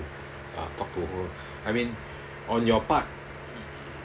uh talk to who I mean on your part